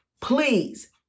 please